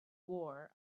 war